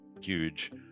huge